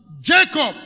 Jacob